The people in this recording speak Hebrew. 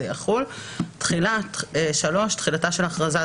אז נוכל להאריך לכם את ההכרזות